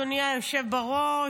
אדוני היושב בראש,